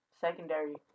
secondary